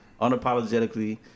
unapologetically